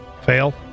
fail